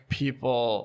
people